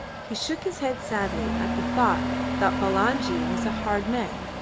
he shook his head sadly at the thought that bulangi was a hard man,